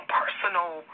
personal